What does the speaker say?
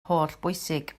hollbwysig